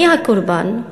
מי הקורבן?